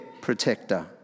protector